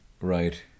Right